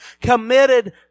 committed